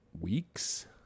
weeks